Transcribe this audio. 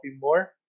more